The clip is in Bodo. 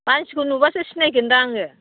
मानसिखौ नुबासो सिनायगोन दा आङो